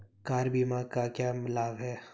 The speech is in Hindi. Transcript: कार बीमा का क्या लाभ है?